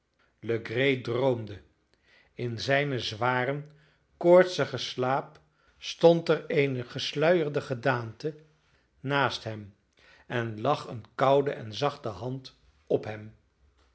legree droomde in zijnen zwaren koortsigen slaap stond er eene gesluierde gedaante naast hem en lag een koude en zachte hand op hem